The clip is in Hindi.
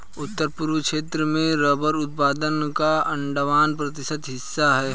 उत्तर पूर्व क्षेत्र में रबर उत्पादन का अठ्ठावन प्रतिशत हिस्सा है